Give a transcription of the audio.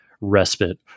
respite